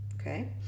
Okay